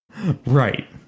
right